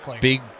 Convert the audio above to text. big